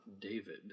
David